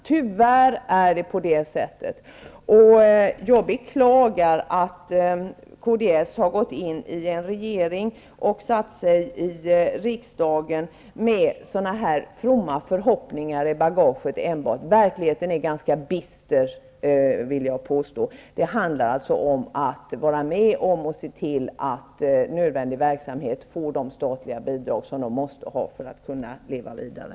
Tyvärr är det på det sättet, och jag beklagar att kds har gått in i en regering och satt sig i riksdagen enbart med sådana här fromma förhoppningar i bagaget. Verkligheten är ganska bitter, vill jag påstå. Det handlar alltså om att vara med om att se till att nödvändig verksamhet får de statliga bidrag som den måste ha för att kunna leva vidare.